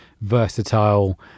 versatile